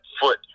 foot